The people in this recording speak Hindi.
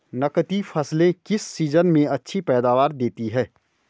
नकदी फसलें किस सीजन में अच्छी पैदावार देतीं हैं?